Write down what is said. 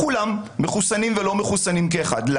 כולם, מחוסנים ולא מחוסנים כאחד, שיעשו בדיקה.